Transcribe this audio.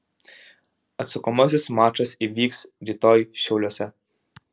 atsakomasis mačas įvyks rytoj šiauliuose